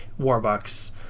Warbucks